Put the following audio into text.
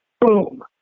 boom